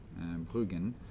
bruggen